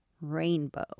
rainbow